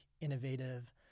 innovative